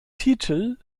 titel